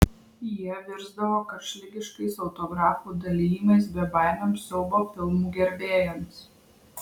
jie virsdavo karštligiškais autografų dalijimais bebaimiams siaubo filmų gerbėjams